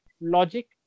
logic